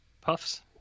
Puffs